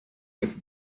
with